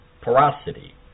porosity